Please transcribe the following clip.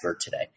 today